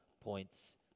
points